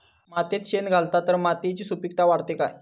मातयेत शेण घातला तर मातयेची सुपीकता वाढते काय?